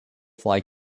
fly